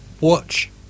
watch